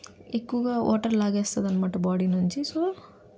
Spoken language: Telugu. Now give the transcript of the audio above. ఎక్కువ వాటర్ లాగేస్తుంది అన్నమాట బాడీ నుంచి సో